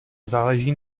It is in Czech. záleží